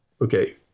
Okay